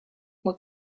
what